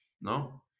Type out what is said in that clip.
No